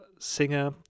singer